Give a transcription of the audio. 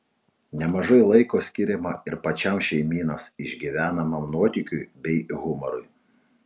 nemažai laiko skiriama ir pačiam šeimynos išgyvenamam nuotykiui bei humorui